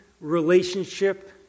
relationship